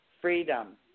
freedom